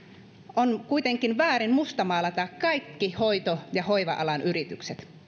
on kuitenkin väärin mustamaalata kaikki hoito ja hoiva alan yritykset